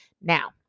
Now